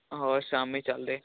ਹੋਰ ਸ਼ਾਮੇ ਚਲਦੇ